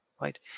right